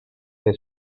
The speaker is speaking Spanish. del